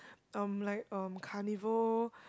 um like um carnival